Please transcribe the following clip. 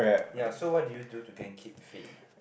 ya so what do you do to go and fit keep